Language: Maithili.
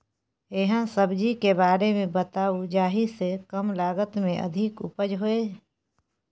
एहन सब्जी के बारे मे बताऊ जाहि सॅ कम लागत मे अधिक उपज होय?